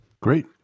great